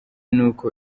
n’uko